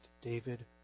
David